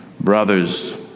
Brothers